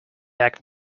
egg